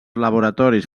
laboratoris